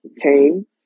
came